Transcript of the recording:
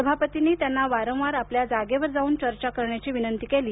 सभापतींनी त्यांना वारंवार आपल्या जागेवर जाऊन चर्चा करण्याची विनंती केली